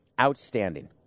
Outstanding